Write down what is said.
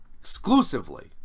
exclusively